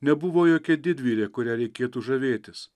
nebuvo jokia didvyrė kuria reikėtų žavėtis